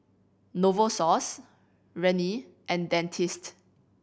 Novosource Rene and Dentiste